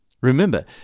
Remember